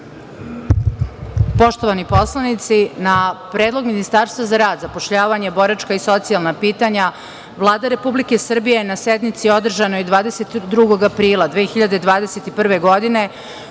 Poštovani poslanici, na Predlog Ministarstva za rad, zapošljavanje, boračka i socijalna pitanja, Vlada Republike Srbije na sednici održanoj 22. aprila 2021. godine